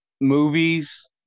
movies